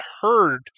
heard